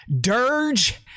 Dirge